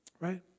right